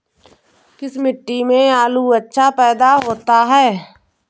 किस मिट्टी में आलू अच्छा पैदा होता है?